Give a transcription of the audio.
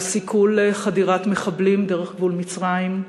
על סיכול חדירת מחבלים דרך גבול מצרים,